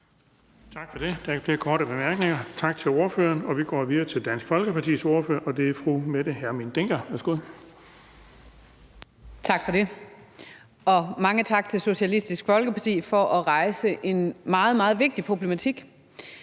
mange tak til Socialistisk Folkeparti for at rejse en meget, meget vigtig problematik.